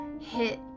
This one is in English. hit